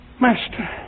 master